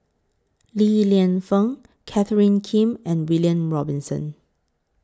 Li Lienfung Catherine Kim and William Robinson